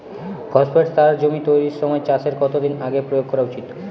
Phosphate সার জমি তৈরির সময় চাষের কত দিন আগে প্রয়োগ করা উচিৎ?